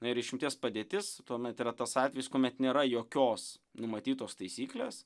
na ir išimties padėtis tuomet yra tas atvejis kuomet nėra jokios numatytos taisyklės